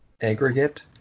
Aggregate